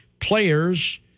Players